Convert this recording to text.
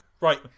right